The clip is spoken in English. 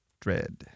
dread